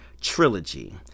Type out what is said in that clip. trilogy